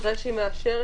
אחרי שהיא מאשרת?